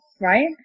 right